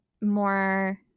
more